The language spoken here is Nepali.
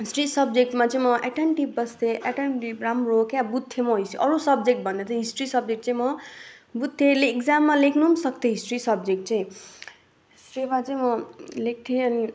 हिस्ट्री सब्जेक्टमा चाहिँ म एटेन्टिभ बस्थेँ एटेन्टिभ राम्रो क्या अब बुझ्थेँ म हिस अरू सब्जेक्ट भन्दा चाहिँ हिस्ट्री सब्जेक्ट चाहिँ म बुझ्थेँ ले इक्जाममा लेख्नु सक्थेँं हिस्ट्री सब्जेक्ट चाहिँं हिस्ट्रिमा चाहिँ म लेख्थेँ अनि